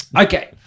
Okay